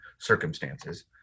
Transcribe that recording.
circumstances